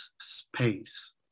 space